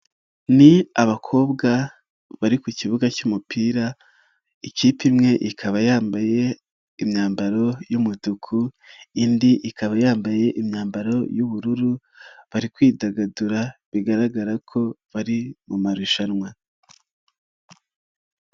Ni abakobwa bari ku kibuga cy'umupira, ikipe imwe ikaba yambaye imyambaro y'umutuku indi ikaba yambaye imyambaro y'ubururu, bari kwidagadura bigaragara ko bari mu marushanwa.